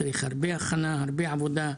צריך הרבה הכנה ועבודה,